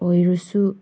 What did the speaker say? ꯑꯣꯏꯔꯁꯨ